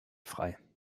frei